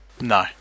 No